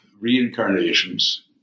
reincarnations